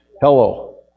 hello